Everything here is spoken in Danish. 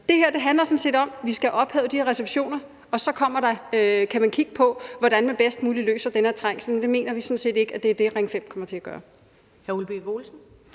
Det her handler sådan set om, at vi skal have ophævet de her reservationer, og så kan man kigge på, hvordan man bedst muligt løser den her trængsel, men det mener vi sådan set ikke er det, Ring 5 kommer til at gøre.